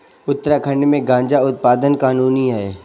उत्तराखंड में गांजा उत्पादन कानूनी है